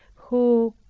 who,